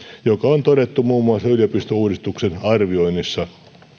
mikä on todettu muun muassa yliopistouudistuksen arvioinnissa